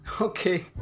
okay